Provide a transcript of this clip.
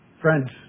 Friends